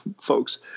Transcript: folks